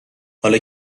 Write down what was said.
حالا